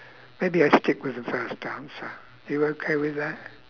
maybe I stick with the first answer you okay with that